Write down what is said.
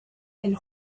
and